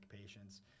patients